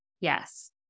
Yes